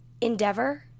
Endeavor